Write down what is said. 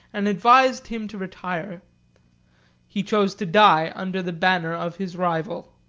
and advised him to retire he chose to die under the banner of his rival.